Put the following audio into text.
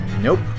Nope